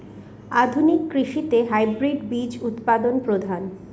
আধুনিক কৃষিতে হাইব্রিড বীজ উৎপাদন প্রধান